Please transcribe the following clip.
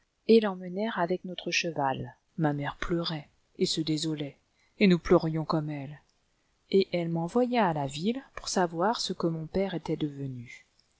et l'emmenèrent avec notre cheval ma mère pleurait et se désolait et nous pleurions comme elle et elle m'envoya à la ville pour savoir ce que mon père était devenu